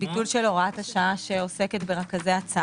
הוראת השעה שעוסקת ברכזי הצעה.